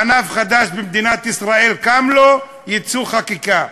ענף חדש במדינת ישראל קם לו יצוא חקיקה.